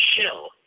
shill